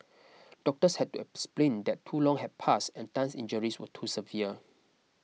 doctors had to explain that too long had passed and Tan's injuries were too severe